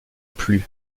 plus